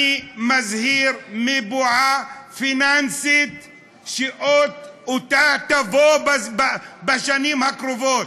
אני מזהיר מבועה פיננסית שתבוא בשנים הקרובות.